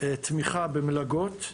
תמיכה במלגות.